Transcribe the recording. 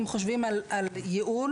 אם חושבים על ייעול,